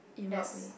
that's